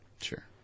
Sure